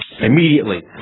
Immediately